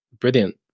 brilliant